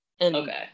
Okay